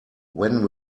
when